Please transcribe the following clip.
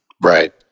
Right